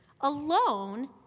alone